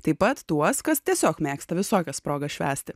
taip pat tuos kas tiesiog mėgsta visokias progas švęsti